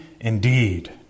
indeed